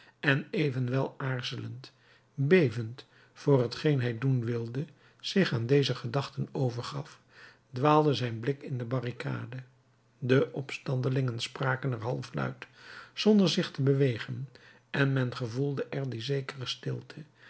en evenwel aarzelend bevend voor hetgeen hij doen wilde zich aan deze gedachten overgaf dwaalde zijn blik in de barricade de opstandelingen spraken er halfluid zonder zich te bewegen en men gevoelde er die zekere stilte